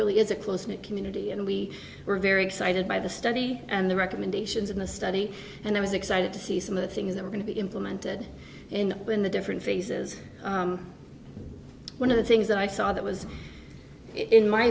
really is a close knit community and we were very excited by the study and the recommendations in the study and i was excited to see some of the things that are going to be implemented in the in the different phases one of the things that i saw that was in my